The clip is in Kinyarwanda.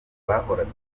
bahoraga